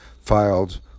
filed